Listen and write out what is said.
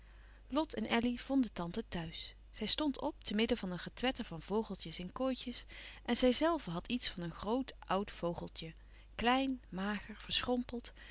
lot en elly vonden tante thuis zij stond op te midden van een getwetter van vogeltjes in kooitjes en zijzelve had iets van een groot oud vogeltje klein mager verschrompeld